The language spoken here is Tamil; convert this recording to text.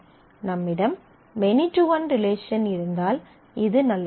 நம்மிடம் மெனி டு ஒன் ரிலேஷன் இருந்தால் இது நல்லது